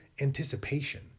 anticipation